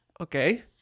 Okay